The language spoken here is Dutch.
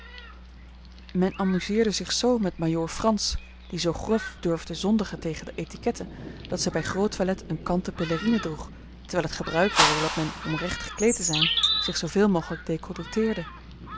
men amuseerde zich zoo met majoor frans die zoo grof durfde zondigen tegen de étiquette dat zij bij groot toilet een kanten pelerine droeg terwijl het gebruik wilde dat men om recht gekleed te zijn zich zooveel mogelijk